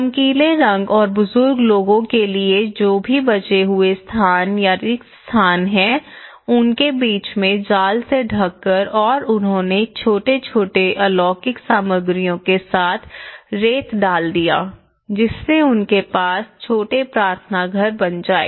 चमकीले रंग और बुजुर्ग लोगों के लिए जो भी बचे हुए स्थान या रिक्त स्थान हैं उनके बीच में जाल से ढक कर और उन्होंने छोटे छोटे अलौकिक सामग्रियों के साथ रेत डाल दिया जिससे उनके पास छोटे प्रार्थना घर बन जाए